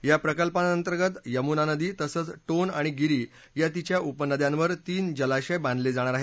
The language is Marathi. या प्रकल्पांअतर्गत यमुना नदी तसंच टोन आणि गिरी या तिच्या उपनद्यांवर तीन जलाशय बांधले जाणार आहेत